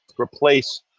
replace